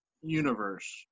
universe